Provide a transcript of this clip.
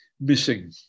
missing